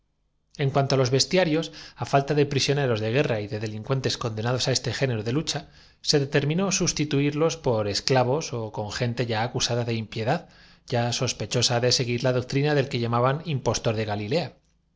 en cuanto á los bestiarios á falta de prisioneros de templo de jano guerra y de delincuentes condenados á este género de no más quadriga lucha se determinó substituirlos con esclavos ó con no más disco gente ya acusada de impiedad ya sospechosa de se luchadores fué el grito unánime guir la doctrina del que llamaban impostor de galilea